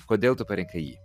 kodėl tu parinkai jį